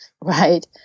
right